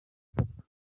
ifatwa